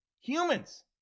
humans